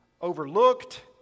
overlooked